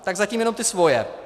Tak zatím jenom ty svoje.